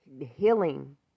healing